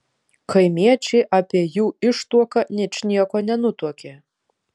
kaimiečiai apie jų ištuoką ničnieko nenutuokė